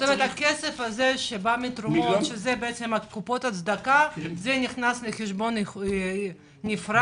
זאת אומרת שהכסף מתרומות בקופות הצדקה נכנס לחשבון נפרד.